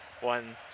one